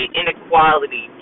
inequality